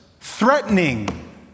threatening